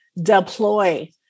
deploy